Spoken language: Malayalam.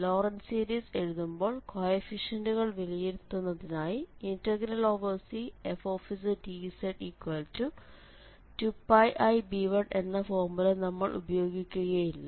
ലോറന്റ് സീരീസ് എഴുതുമ്പോൾ കോയെഫിഷ്യന്റുകൾ വിലയിരുത്തുന്നതിനായി Cfzdz2πib1 എന്ന ഫോർമുല നമ്മൾ ഉപയോഗിക്കുകയില്ല